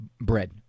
Bread